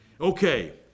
Okay